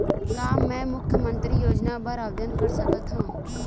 का मैं मुख्यमंतरी योजना बर आवेदन कर सकथव?